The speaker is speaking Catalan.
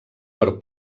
per